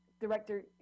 director